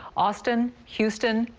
austin, houston,